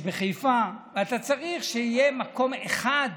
יש בחיפה, אתה צריך שיהיה מקום אחד,